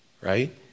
right